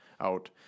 out